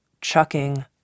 chucking